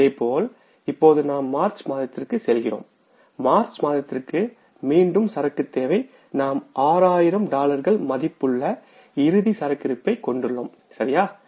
இதேபோல் இப்போது நாம் மார்ச் மாதத்திற்கு செல்கிறோம்மார்ச் மாதத்திற்கு மீண்டும் சரக்கு தேவை எவ்வளவுநாம் 6000 டாலர்கள் மதிப்புள்ள இறுதி சரக்கிருப்பை கொண்டுள்ளோம் சரியா